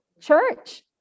church